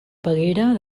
peguera